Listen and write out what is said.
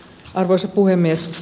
arvoisa puhemies